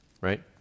right